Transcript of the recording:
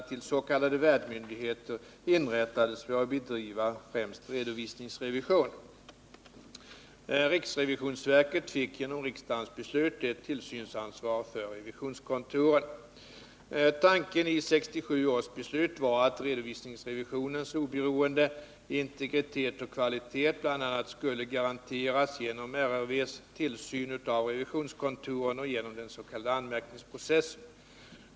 Tanken i 1967 års beslut var att redovisningsrevisionens oberoende, integritet och kvalitet bl.a. skulle garanteras genom RRV:s tillsyn av revisionskontoren och genom den s.k. anmärkningsprocessen.